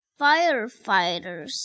firefighters